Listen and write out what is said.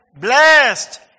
Blessed